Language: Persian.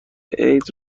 عید